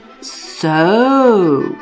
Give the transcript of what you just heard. So